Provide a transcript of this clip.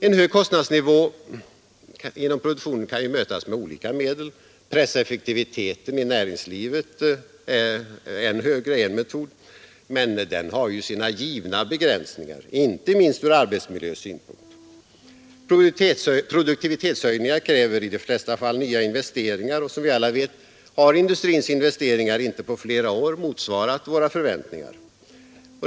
En hög kostnadsnivå inom produktionen kan mötas med olika medel. Att pressa effektiviteten i näringslivet än högre är en metod. Men den har sina givna begränsningar, inte minst ur arbetsmiljösynpunkt. Produktivitetshöjningar kräver i de flesta fall nya investeringar. Som vi alla vet har industrins investeringar inte på flera år motsvarat våra förväntningar.